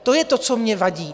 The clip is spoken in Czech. To je to, co mi vadí.